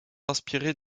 inspirés